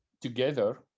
together